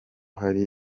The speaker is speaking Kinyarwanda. hari